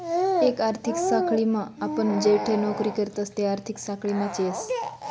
एक आर्थिक साखळीम आपण जठे नौकरी करतस ते आर्थिक साखळीमाच येस